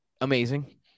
Amazing